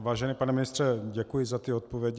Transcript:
Vážený pane ministře, děkuji za ty odpovědi.